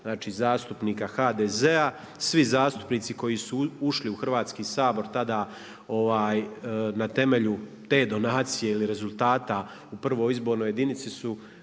znači zastupnika HDZ-a. Svi zastupnici koji su ušli u Hrvatski sabor tada na temelju te donacije ili rezultata u prvoj izbornoj jedinici su